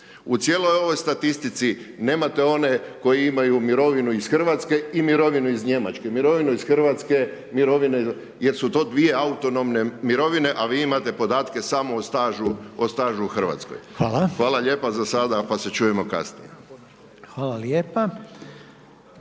U cijeloj ovoj statistici, nemate oni koji imaju mirovine iz Hrvatske i mirovinu iz Njemačke jer su to dvije autonomne mirovine a vi imate podatke samo o stažu u Hrvatskoj. Hvala lijepa za sada pa se čujemo kasnije. **Reiner,